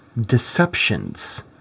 Deceptions